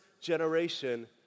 generation